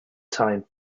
time